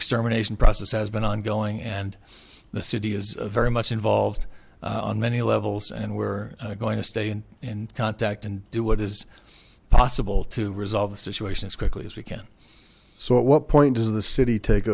extermination process has been ongoing and the city is very much involved on many levels and we're going to stay in contact and do what is possible to resolve the situation as quickly as we can so at what point does the city take